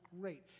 great